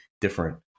different